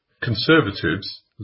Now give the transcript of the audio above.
Conservatives